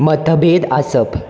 मतभेद आसप